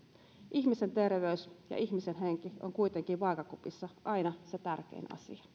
ihmisen terveys ja ihmisen henki on kuitenkin vaakakupissa aina se tärkein